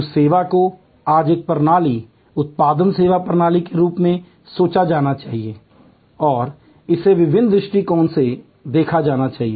उस सेवा को आज एक प्रणाली उत्पाद सेवा प्रणाली के रूप में सोचा जाना चाहिए और इसे विभिन्न दृष्टिकोणों से देखा जाना चाहिए